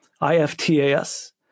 I-F-T-A-S